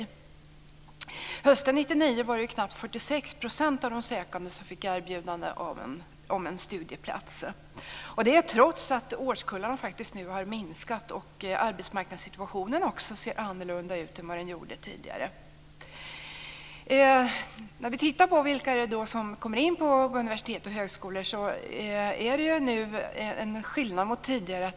Hösten 1999 var det knappt 46 % av de sökande som fick erbjudande om en studieplats, och det trots att årskullarna nu har minskat och arbetsmarknadssituationen också ser annorlunda ut än vad den gjorde tidigare. Tittar vi på vilka som kommer in på universitet och högskolor är det nu en skillnad mot tidigare.